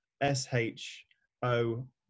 S-H-O